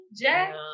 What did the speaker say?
jack